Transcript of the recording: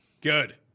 Good